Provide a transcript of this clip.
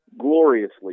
gloriously